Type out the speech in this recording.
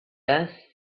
earth